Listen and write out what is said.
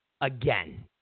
again